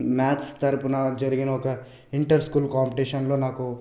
maths తరఫున జరిగిన ఒక ఇంటర్ స్కూల్ కాంపిటీషన్లో నాకు